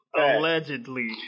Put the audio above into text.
allegedly